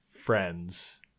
friends